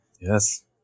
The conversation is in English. Yes